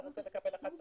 אתה רוצה לקבל 11%,